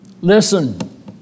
Listen